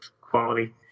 quality